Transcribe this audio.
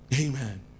Amen